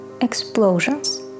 explosions